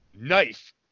knife